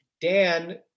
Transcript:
Dan